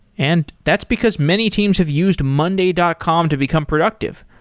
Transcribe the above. and that's because many teams have used monday dot com to become productive.